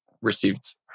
received